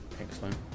Excellent